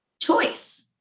Choice